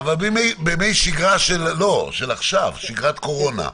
בימי שגרה של עכשיו, שגרת קורונה.